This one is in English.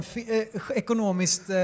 ekonomiskt